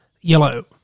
Yellow